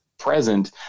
Present